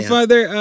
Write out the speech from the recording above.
Father